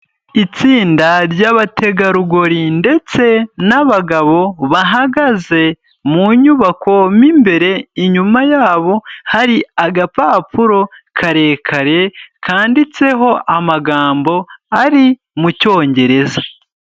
Itsinda ry'abategarugori ndetse n'abagabo bahagaze mu nyubako mo imbere, inyuma yabo hari agapapuro karekare kanditseho amagambo ari mu cyongereza.